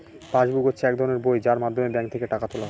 pass book হচ্ছে এক ধরনের বই যার মাধ্যমে ব্যাঙ্ক থেকে টাকা তোলা হয়